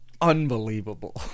unbelievable